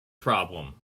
problem